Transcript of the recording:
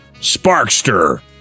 Sparkster